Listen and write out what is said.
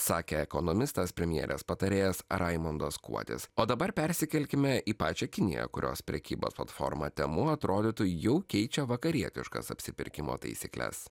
sakė ekonomistas premjerės patarėjas raimundas kuodis o dabar persikelkime į pačią kiniją kurios prekyba platforma temu atrodytų jau keičia vakarietiškas apsipirkimo taisykles